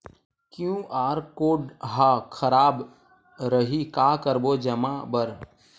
QR code हा खराब रही का करबो जमा बर?